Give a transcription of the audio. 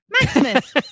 Maximus